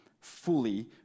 fully